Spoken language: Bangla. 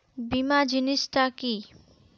বীমা জিনিস টা কি?